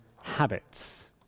habits